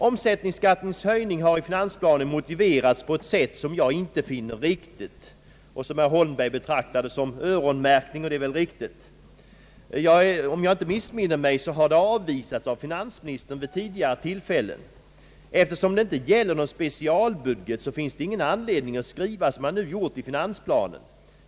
Omsättningsskattens höjning har i finansplanen motiverats på ett sätt som jag inte finner riktigt och som herr Holmberg betraktade som öronmärkning, och det är väl riktigt. Om jag inte missminner mig har den vägen avvisats av finansministern vid tidigare tillfällen. Eftersom det inte gäller någon specialbudget, finns det ingen anledning att skriva som man nu gjort i finansplanen.